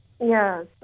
Yes